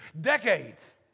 decades